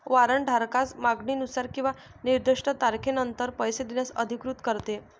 warrant धारकास मागणीनुसार किंवा निर्दिष्ट तारखेनंतर पैसे देण्यास अधिकृत करते